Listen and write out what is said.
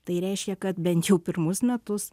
tai reiškia kad bent jau pirmus metus